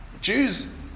Jews